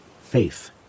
faith